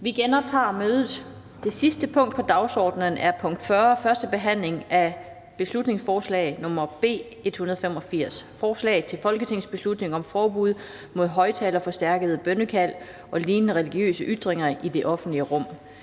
(Kl. 17:23). --- Det sidste punkt på dagsordenen er: 40) 1. behandling af beslutningsforslag nr. B 185: Forslag til folketingsbeslutning om forbud mod højtalerforstærket bønnekald og lignende religiøse ytringer i det offentlige rum.